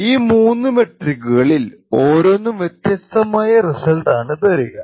ഈ മൂന്ന് മെട്രിക്കുകളിൽ ഓരോന്നും വെത്യസ്തമായ റിസൾട്ട് ആണ് തരിക